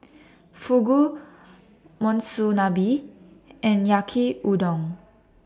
Fugu Monsunabe and Yaki Udon